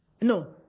no